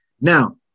Now